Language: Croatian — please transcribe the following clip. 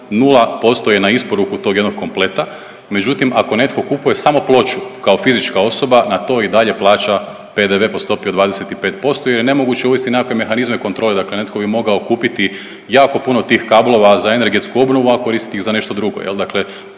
Nula posto je na isporuku tog jednog kompleta, međutim ako netko kupuje samo ploču kao fizička osoba na to i dalje plaća PDV po stopi od 25% jer nemoguće je uvesti nekakve mehanizme kontrole. Dakle, netko bi mogao kupiti jako puno tih kablova za energetsku obnovu, a koristi ih za nešto drugo. Dakle,